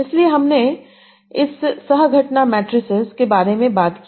इसलिए हमने इस सह घटना मैट्रिसेस के बारे में बात की